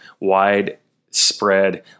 widespread